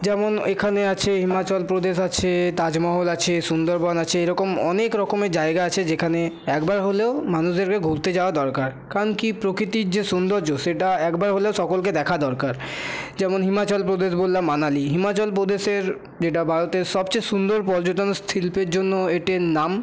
যেমন এখানে আছে হিমাচল প্রদেশ আছে তাজমহল আছে সুন্দরবন আছে এরকম অনেক রকমের জায়গা আছে যেখানে একবার হলেও মানুষদেরকে ঘুরতে যাওয়া দরকার কারণ কি প্রকৃতির যে সৌন্দর্য সেটা একবার হলেও সকলকে দেখা দরকার যেমন হিমাচল প্রদেশ বললাম মানালি হিমাচল প্রদেশের যেটা ভারতের সব চেয়ে সুন্দর পর্যটন শিল্পের জন্য এটি নাম